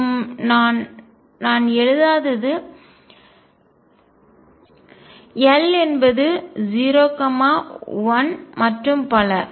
மற்றும் நான் நான் எழுதாதது l என்பது 0 1 மற்றும் பல